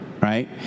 right